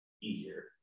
easier